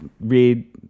read